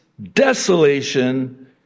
Desolation